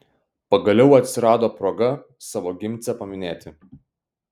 pagaliau atsirado proga savo gimcę paminėti